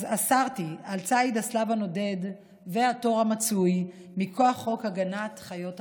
אסרתי את ציד השלו הנודד והתור המצוי מכוח חוק הגנת חיות הבר.